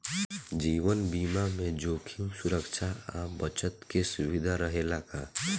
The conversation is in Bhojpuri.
जीवन बीमा में जोखिम सुरक्षा आ बचत के सुविधा रहेला का?